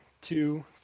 two